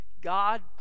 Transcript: God